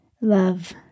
Love